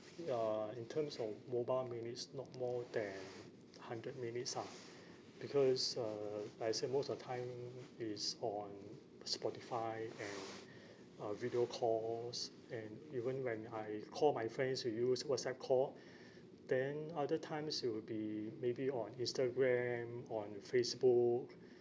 uh in terms of mobile minutes not more than hundred minutes ah because uh like I say most of the time is on spotify and uh video calls and even when I call my friends we use whatsapp call then other times it will be maybe on instagram on facebook